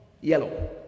yellow